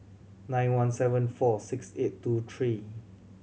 nine one seven four six eight two three